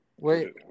Wait